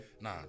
Nah